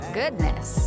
goodness